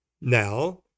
now